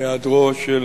בהיעדרו של